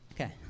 okay